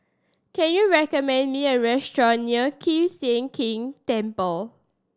can you recommend me a restaurant near Kiew Sian King Temple